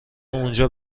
اونجا